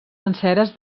senceres